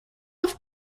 auf